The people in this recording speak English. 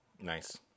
nice